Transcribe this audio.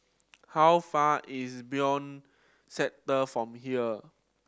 how far is Benoi Sector from here